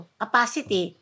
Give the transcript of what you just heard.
capacity